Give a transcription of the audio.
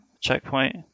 checkpoint